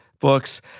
books